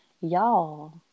y'all